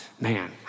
man